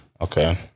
Okay